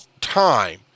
time